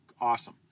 awesome